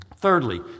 Thirdly